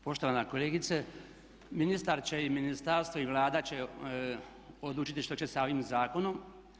Poštovana kolegice, ministar će i ministarstvo i Vlada će odlučiti što će sa ovim zakonom.